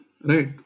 right